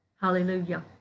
hallelujah